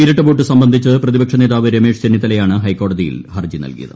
ഇരട്ടവോട്ട് സംബന്ധിച്ച് പ്രതിപക്ഷനേതാവ് രമേശ് ചെന്നിത്തലയാണ് ഹൈക്കോടതിയിൽ ഹർജി നൽകിയത്